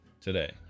today